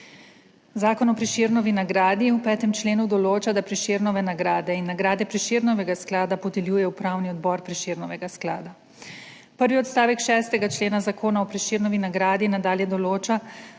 Zakon o Prešernovi nagradi v 5. členu določa, da Prešernove nagrade in nagrade Prešernovega sklada podeljuje Upravni odbor Prešernovega sklada. Prvi odstavek 6. člena zakona o Prešernovi nagradi nadalje določa,